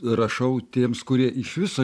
rašau tiems kurie iš viso